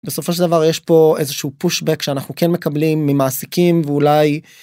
בסופו של דבר יש פה איזה שהוא פושבק שאנחנו כן מקבלים ממעסיקים ואולי.